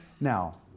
Now